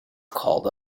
called